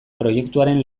proiektuaren